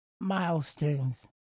milestones